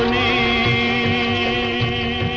a